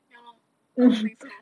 ya lor I also think so